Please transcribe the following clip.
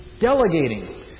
delegating